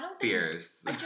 Fierce